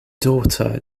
daughter